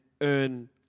earn